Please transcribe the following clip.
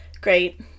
great